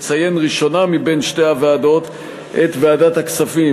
מציין ראשונה משתי הוועדות את ועדת הכספים,